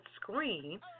screen